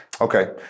Okay